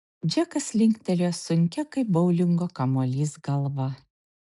džekas linktelėjo sunkia kaip boulingo kamuolys galva